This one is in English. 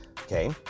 Okay